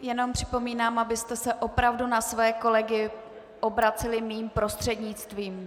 Jenom připomínám, abyste se opravdu na svoje kolegy obraceli mým prostřednictvím.